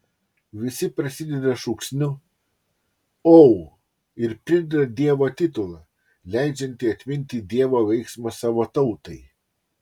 visi prasideda šūksniu o ir prideda dievo titulą leidžiantį atminti dievo veiksmą savo tautai